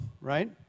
right